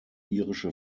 irische